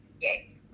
Yay